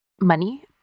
money